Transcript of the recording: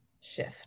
shift